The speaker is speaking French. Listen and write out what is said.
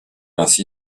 ainsi